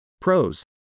Pros